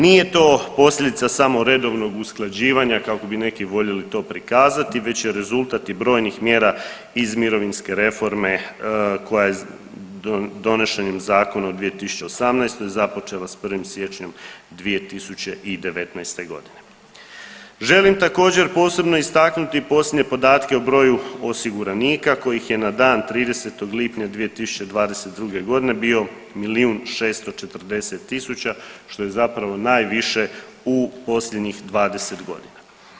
Nije to posljedica samo redovnog usklađivanja kako bi neki voljeli to prikazati već je rezultat i brojnih mjera iz mirovinske reforme koja je donošenjem zakona u 2018. započela s 1. siječnjem 2019.g. Želim također posebno istaknuti posljednje podatke o broju osiguranika kojih je na dan 30. lipnja 2022.g. bio milijun 640 tisuća što je zapravo najviše u posljednjih 20 godina.